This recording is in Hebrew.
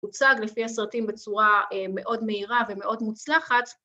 ‫מוצג לפי הסרטים בצורה ‫מאוד מהירה ומאוד מוצלחת.